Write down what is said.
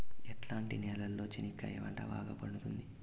ఎట్లాంటి నేలలో చెనక్కాయ పంట బాగా పండుతుంది?